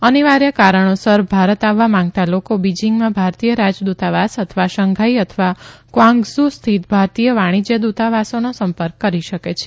અનિવાર્ય કારણોસર ભારત આવવા માંગતા લોકો બીજીંગમાં ભારતીય રાજદ્દતાવાસ અથવા શંઘાઇ અથવા કવાંઝ્ઝ સ્થિત ભારતીય વાણિજ્ય દૂતાવાસોનો સં કં કરી શકે છે